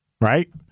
right